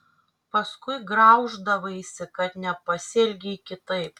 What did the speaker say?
paskui grauždavaisi kad nepasielgei kitaip